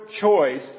choice